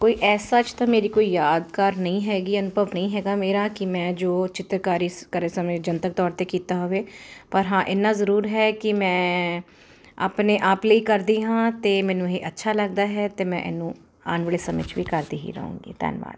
ਕੋਈ ਐਸ ਸਚ ਤਾਂ ਮੇਰੀ ਕੋਈ ਯਾਦਗਾਰ ਨਹੀਂ ਹੈਗੀ ਅਨੁਭਵ ਨਹੀਂ ਹੈਗਾ ਮੇਰਾ ਕਿ ਮੈਂ ਜੋ ਚਿੱਤਰਕਾਰੀ ਕਰੇ ਸਮੇਂ ਜਨਤਕ ਤੌਰ 'ਤੇ ਕੀਤਾ ਹੋਵੇ ਪਰ ਹਾਂ ਇੰਨਾਂ ਜ਼ਰੂਰ ਹੈ ਕਿ ਮੈਂ ਆਪਣੇ ਆਪ ਲਈ ਕਰਦੀ ਹਾਂ ਅਤੇ ਮੈਨੂੰ ਇਹ ਅੱਛਾ ਲੱਗਦਾ ਹੈ ਅਤੇ ਮੈਂ ਇਹਨੂੰ ਆਉਣ ਵਾਲੇ ਸਮੇਂ 'ਚ ਵੀ ਕਰਦੀ ਹੀ ਰਹਾਂਗੀ ਧੰਨਵਾਦ